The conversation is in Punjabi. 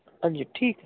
ਹਾਂਜੀ ਠੀਕ